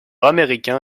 américain